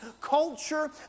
culture